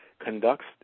conducts